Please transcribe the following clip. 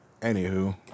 Anywho